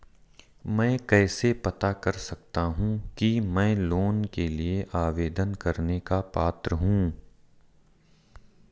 मैं कैसे पता कर सकता हूँ कि मैं लोन के लिए आवेदन करने का पात्र हूँ?